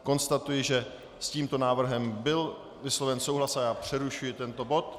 Konstatuji, že s tímto návrhem byl vysloven souhlas, a přerušuji tento bod.